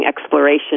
exploration